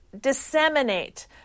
disseminate